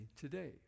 today